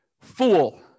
fool